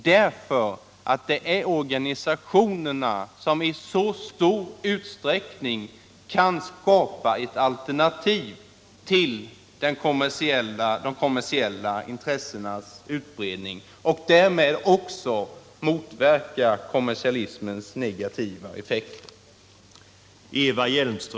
Det är ju organisationerna som i stor utsträckning kan skapa alternativ till de kommersiella intressenas utbredning och därmed också motverka kommersialismens negativa effekter.